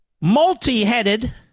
multi-headed